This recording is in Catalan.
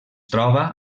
troba